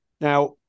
now